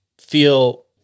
feel